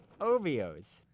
Ovios